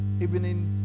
evening